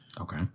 Okay